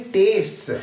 tastes